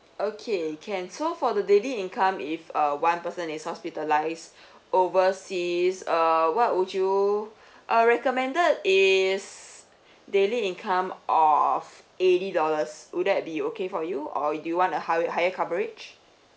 okay can so for the daily income if uh one person is hospitalised overseas uh what would you uh recommended is daily income of eighty dollars would that be okay for you or you want a higher higher coverage